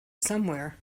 somewhere